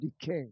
decay